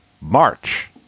March